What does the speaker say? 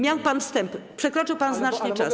Miał pan wstęp, przekroczył pan znacznie czas.